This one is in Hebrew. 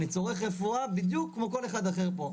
אני צורך רפואה בדיוק כמו כל אחד אחר פה.